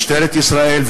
משטרת ישראל,